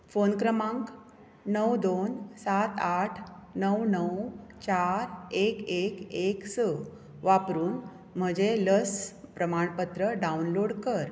phone क्रमांक णव दोन सात आठ णव णव चार एक एक एक स वापरून म्हजें लस प्रमाणपत्र डावनलोड कर